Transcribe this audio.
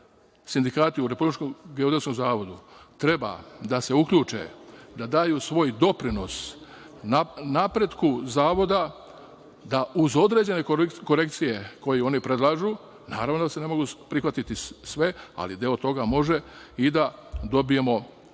sindikati u Republičkom geodetskom zavodu treba da se uključe, da daju svoj doprinos napretku zavoda, da uz određene korekcije koje oni predlažu, naravno da se ne mogu prihvatiti sve, ali deo toga može, i da dobijemo bolji